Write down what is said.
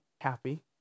happy